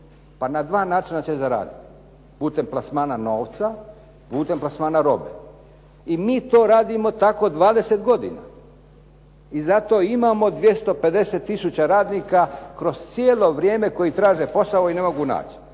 pa na dva načina će zaradit: putem plasmana novca, putem plasmana robe. I mi to radimo tako 20 godina i zato i imamo 250 tisuća radnika kroz cijelo vrijeme koji traže posao i ne mogu naći.